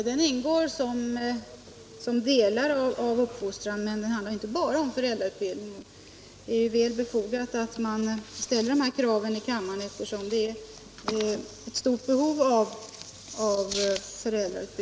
Jag menar att det är väl befogat att här i kammaren ställa krav på föräldrautbildning, eftersom det finns ett stort behov av detta.